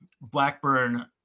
Blackburn